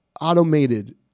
automated